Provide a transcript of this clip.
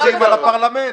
אנחנו סומכים על הפרלמנט.